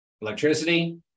Electricity